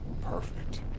Perfect